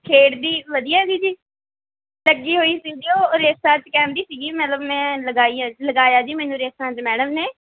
ਖੇਡਦੀ ਵਧੀਆ ਹੈਗੀ ਜੀ ਲੱਗੀ ਹੋਈ ਸੀਗੀ ਉਹ ਰੇਸਾਂ 'ਚ ਕਹਿੰਦੀ ਸੀਗੀ ਮਤਲਬ ਮੈਂ ਲਗਾਈ ਲਗਾਇਆ ਜੀ ਮੈਨੂੰ ਰੇਸਾਂ 'ਚ ਮੈਡਮ ਨੇ